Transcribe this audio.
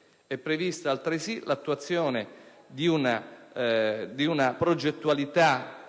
come pure l'attuazione di una progettualità